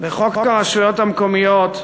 בחוק הרשויות המקומיות,